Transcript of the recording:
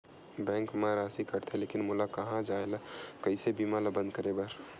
Bank मा राशि कटथे लेकिन मोला कहां जाय ला कइसे बीमा ला बंद करे बार?